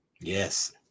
Yes